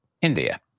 India